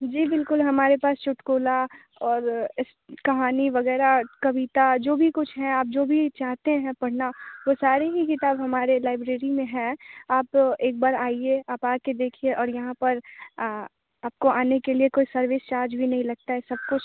जी बिल्कुल हमारे पास चुटकुला और इस कहानी वगैरह कविता जो भी कुछ है आप जो भी चाहते हैं पढ़ना वो सारी ही किताब हमारे लाइब्रेरी में है आप एक बार आइए आप आ कर देखिए और यहाँ पर आपको आने के लिए कोई सर्विस चार्ज भी नहीं लगता सब कुछ